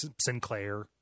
Sinclair